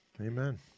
Amen